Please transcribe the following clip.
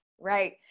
Right